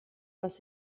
was